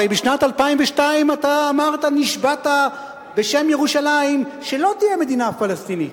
הרי בשנת 2002 נשבעת בשם ירושלים שלא תהיה מדינה פלסטינית.